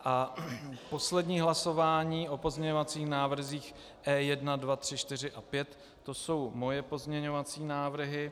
A poslední hlasování o pozměňovacích návrzích E1, 2, 3, 4 a 5 to jsou moje pozměňovací návrhy.